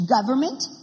government